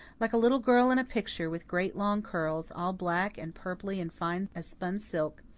like a little girl in a picture, with great long curls, all black and purply and fine as spun silk,